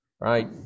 right